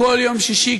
כל יום שישי,